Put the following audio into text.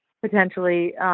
potentially